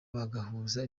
bagahuza